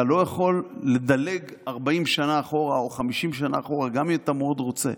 אתה לא יכול לדלג 40 שנה אחורה או 50 שנה אחורה גם אם אתה מאוד רוצה.